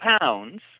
pounds